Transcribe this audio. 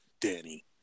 Danny